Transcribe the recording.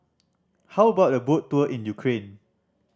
how about a boat tour in Ukraine